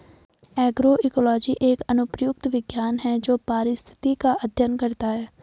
agroecology एक अनुप्रयुक्त विज्ञान है जो पारिस्थितिक का अध्ययन करता है